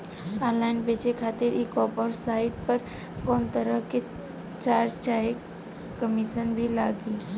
Online बेचे खातिर e commerce site पर कौनोतरह के चार्ज चाहे कमीशन भी लागी?